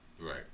right